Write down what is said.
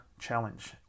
challenge